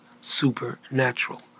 supernatural